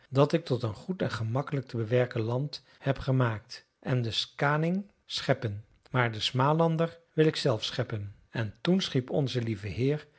dat ik tot een goed en gemakkelijk te bewerken land heb gemaakt en den skaaning scheppen maar den smalander wil ik zelf scheppen en toen schiep onze lieve heer